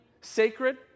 sacred